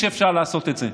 אפשר לעשות את זה.